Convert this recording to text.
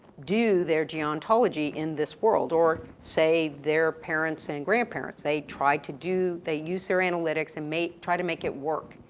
do their geontology in this world, or, say their parents and grandparents. they try to do, they use their analytics and make, try to make it work.